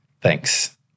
thanks